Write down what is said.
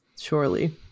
surely